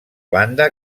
banda